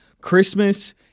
Christmas